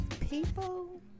people